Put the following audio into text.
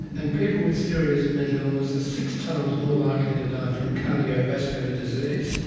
and people with serious mental illness are six times more likely to die from cardiovascular disease,